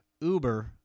Uber